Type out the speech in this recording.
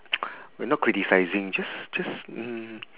we not criticising just just mm